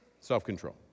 Self-control